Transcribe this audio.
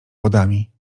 wodami